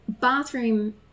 bathroom